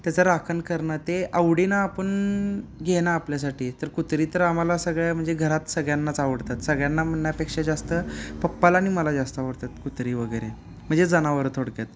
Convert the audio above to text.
त्याचं राखण करणं ते आवडीनं आपण घेणं आपल्यासाठी तर कुत्री तर आम्हाला सगळ्या म्हणजे घरात सगळ्यांनाच आवडतात सगळ्यांना म्हणण्यापेक्षा जास्त पप्पाला आणि मला जास्त आवडतात कुत्री वगैरे म्हणजे जनावरं थोडक्यात